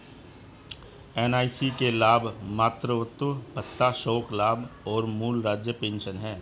NIC के लाभ मातृत्व भत्ता, शोक लाभ और मूल राज्य पेंशन हैं